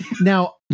Now